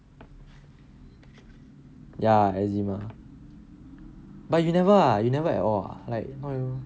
ya eczema but you never ah you never at all like no